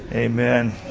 Amen